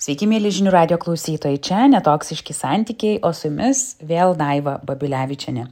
sveiki mieli žinių radijo klausytojai čia ne toksiški santykiai o su jumis vėl daiva babilevičienė